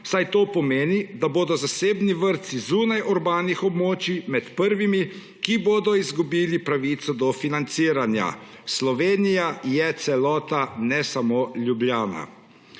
saj to pomeni, da bodo zasebni vrtci zunaj urbanih območij med prvimi, ki bodo izgubili pravico do financiranja. Slovenija je celota, ni samo Ljubljana.